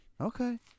Okay